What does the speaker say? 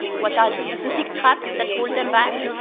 what are the specific traps that hold them back,